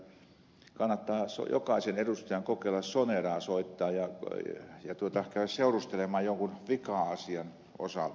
pulliaisen hyvään puheenvuoroon voisi todeta jotta kannattaa jokaisen edustajan kokeilla soneraan soittaa ja käydä seurustelemaan jonkun vika asian osalta